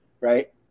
right